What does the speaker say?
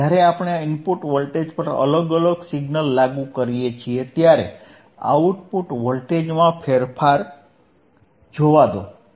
અને જ્યારે આપણે ઇનપુટ વોલ્ટેજ પર અલગ અલગ સિગ્નલ લાગુ કરીએ ત્યારે આઉટપુટ વોલ્ટેજમાં ફેરફાર જોવા દો